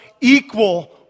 equal